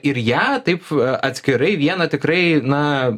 ir ją taip atskirai vieną tikrai na